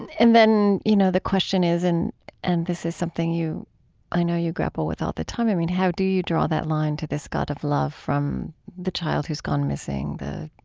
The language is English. and then, you know, the question is, and and this is something i know you grapple with all the time, i mean, how do you draw that line to this god of love from the child who's gone missing, the